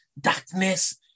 darkness